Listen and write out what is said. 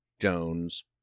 Jones